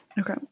Okay